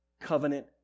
covenant